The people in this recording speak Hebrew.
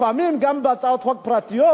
לפעמים גם בהצעות חוק פרטיות,